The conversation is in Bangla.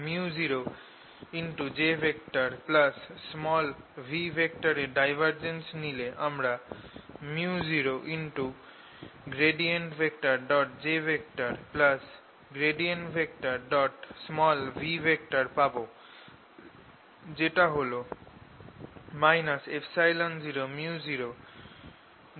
µojv এর ডাইভারজেন্স নিলে আমরা µojv পাব যেটা হল 0µ0E∂t v